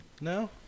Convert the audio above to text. No